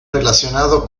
relacionado